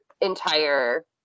entire